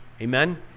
Amen